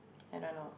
I don't know